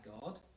God